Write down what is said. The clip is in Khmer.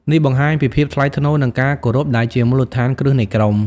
នេះបង្ហាញពីភាពថ្លៃថ្នូរ និងការគោរព ដែលជាមូលដ្ឋានគ្រឹះនៃក្រុម។